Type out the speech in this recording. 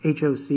HOC